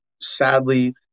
sadly